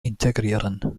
integrieren